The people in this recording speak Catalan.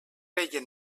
feien